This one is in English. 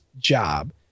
job